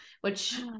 which-